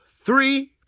Three